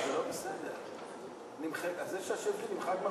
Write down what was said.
זה לא בסדר, זה לא בסדר.